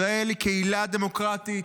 "ישראל היא קהילה דמוקרטית,